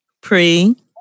Pre